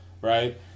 Right